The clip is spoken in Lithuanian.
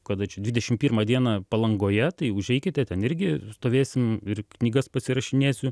kada dvidešim pirmą dieną palangoje tai užeikite ten irgi stovėsim ir knygas pasirašinėsiu